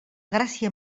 gràcia